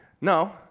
No